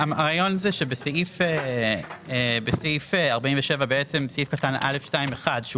הרעיון הוא שבסעיף 47 בעצם סעיף קטן (א2)(1) שהוא